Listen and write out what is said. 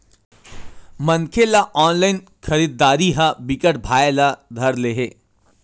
मनखे ल ऑनलाइन खरीदरारी ह बिकट भाए ल धर ले हे